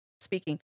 speaking